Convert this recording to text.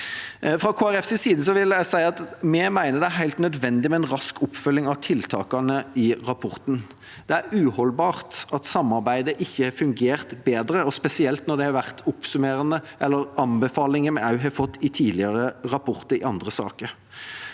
Folkepartis side vil jeg si at vi mener det er helt nødvendig med en rask oppfølging av tiltakene i rapporten. Det er uholdbart at samarbeidet ikke har fungert bedre, og spesielt når dette har vært anbefalinger vi har fått i tidligere rapporter i andre saker.